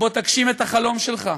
בוא תגשים את החלום שלך,